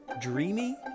dreamy